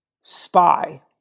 spy